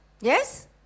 Yes